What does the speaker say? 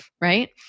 right